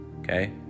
okay